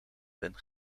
ben